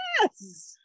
Yes